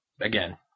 again